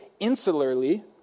insularly